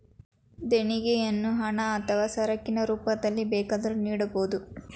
ದೇಣಿಗೆಯನ್ನು ಹಣ ಅಥವಾ ಸರಕಿನ ರೂಪದಲ್ಲಿ ಬೇಕಾದರೂ ನೀಡಬೋದು